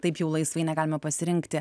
taip jau laisvai negalime pasirinkti